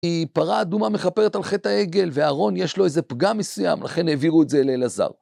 כי פרה אדומה מכפרת על חטא העגל, ואהרון יש לו איזה פגם מסוים, לכן העבירו את זה לאלעזר.